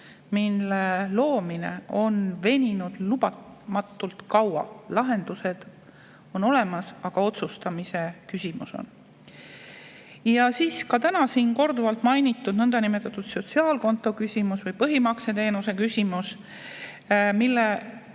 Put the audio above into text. loomine. See on veninud lubamatult kaua. Lahendused on olemas, aga otsustamise küsimus on. Ja siis ka täna siin korduvalt mainitud niinimetatud sotsiaalkonto küsimus või põhimakseteenuse küsimus, millele